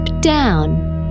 down